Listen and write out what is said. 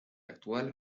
actual